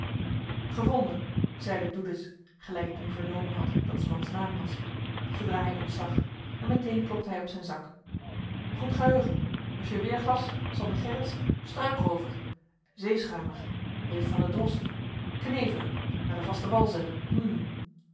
zeide doedes gelijk ik nu vernomen had dat s mans naam was zoodra hij ons zag en meteen klopte hij op zijn zak goed geheugen monsieur weerglas sander gerritsz struikroover zeeschuimer brief van den drost knevelen naar den vasten wal zenden hm wat